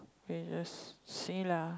we just see lah